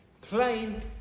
Plain